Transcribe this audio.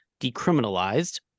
decriminalized